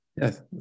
Yes